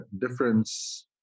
difference